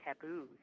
taboos